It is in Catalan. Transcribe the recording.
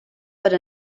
per